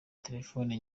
telefone